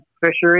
fishery